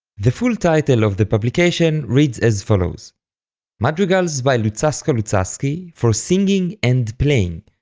the full title of the publication reads as follows madrigals by luzzasco luzzaschi for singing and playing,